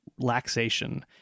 laxation